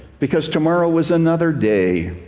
because tomorrow was another day.